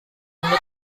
kamu